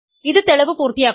ഇത് തെളിവ് പൂർത്തിയാക്കുന്നു